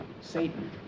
Satan